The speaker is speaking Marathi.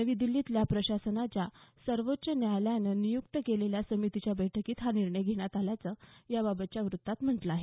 नवी दिछीतल्या प्रशासनाच्या सर्वोच्च न्यायालयानं नियुक्त केलेल्या समितीच्या बैठकीत हा निर्णय घेण्यात आला असल्याचं या बाबतच्या वृत्तात म्हटलं आहे